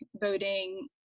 voting